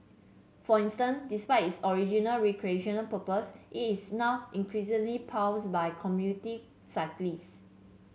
for instance despite its original recreational purpose is now increasingly plies by commuting cyclists